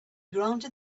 granted